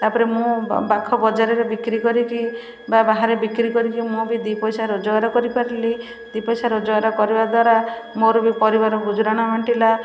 ତା'ପରେ ମୁଁ ପାଖ ବଜାରରେ ବିକ୍ରି କରିକି ବା ବାହାରେ ବିକ୍ରି କରିକି ମୁଁ ବି ଦି ପଇସା ରୋଜଗାର କରି ପାରିଲି ଦୁଇ ପଇସା ରୋଜଗାର କରିବା ଦ୍ୱାରା ମୋର ବି ପରିବାର ଗୁଜୁରାଣ ମେଣ୍ଟିଲା